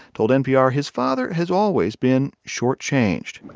told npr his father has always been shortchanged